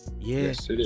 Yes